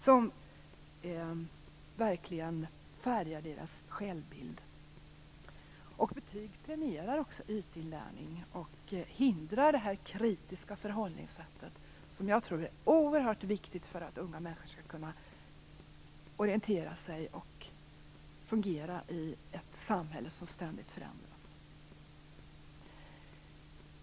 Det färgar verkligen deras självbild. Betyget premierar också ytinlärning och hindrar det kritiska förhållningssätt som jag tror är oerhört viktigt för att unga människor skall kunna orientera sig och fungera i ett samhälle som ständigt förändras.